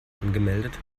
angemeldet